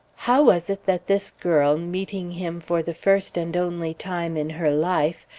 how was it that this girl, meeting him for the first and only time in her life,